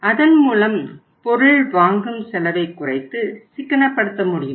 அதன் மூலம் பொருள் வாங்கும் செலவை குறைத்து சிக்கனப்படுத்த முடியும்